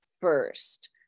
first